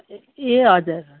ए हजुर